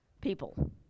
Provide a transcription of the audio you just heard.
people